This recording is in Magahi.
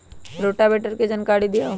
रोटावेटर के जानकारी दिआउ?